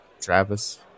Travis